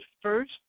first